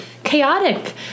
chaotic